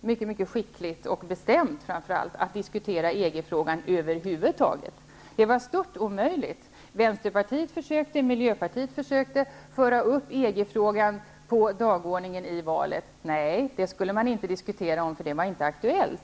mycket skickligt och framför allt bestämt undvek att diskutera EG-frågan över huvud taget. Det var stört omöjligt. Vänsterpartiet och Miljöpartiet försökte föra upp EG-frågan på dagordningen i valet, men den frågan skulle inte diskuteras därför att den inte då var aktuell.